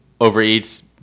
overeats